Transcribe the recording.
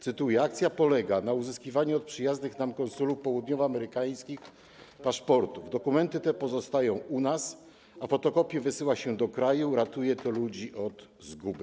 Cytuję: „Akcja polega na uzyskiwaniu od przyjaznych nam konsulów południowoamerykańskich paszportów (...); dokumenty te pozostają u nas, a fotokopie wysyła się do kraju; ratuje to ludzi od zguby”